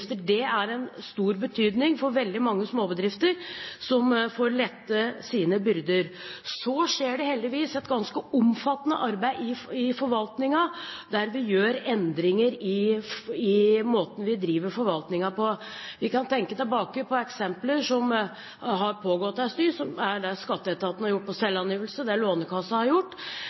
Det har stor betydning for veldig mange småbedrifter, som får lettet sine byrder. Så skjer det heldigvis et ganske omfattende arbeid i forvaltningen, der vi gjør endringer i måten vi driver forvaltningen på. Vi kan tenke tilbake på eksempler på noe som har pågått en tid – det Skatteetaten har gjort med selvangivelser, og det Lånekassa har gjort.